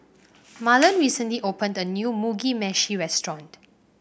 Marlon recently opened a new Mugi Meshi Restaurant